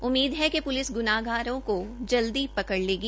उम्मीद है कि प्लिस गुनाहगारों को जल्दी पकड़ लेगी